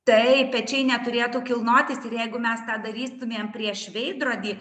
taip pečiai neturėtų kilnotis ir jeigu mes tą darytumėm prieš veidrodį